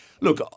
look